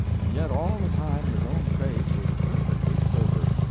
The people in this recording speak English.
and yet all the time his own face was perfectly sober.